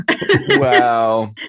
Wow